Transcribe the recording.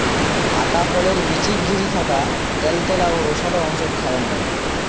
আতা ফলের বীচিক ঘিরি থাকা ত্যালত্যালা ও রসালো অংশক খাওয়াং হই